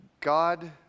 God